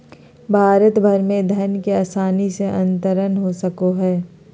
भारत भर में धन के आसानी से अंतरण हो सको हइ